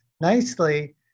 nicely